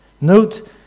Note